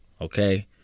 Okay